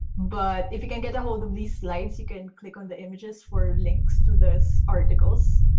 but if you can get a hold of these slides you can click on the images for links to those articles.